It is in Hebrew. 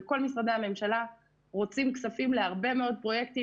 וכל משרדי הממשלה רוצים כספים להרבה מאוד פרויקטים,